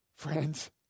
Friends